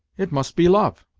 it must be love.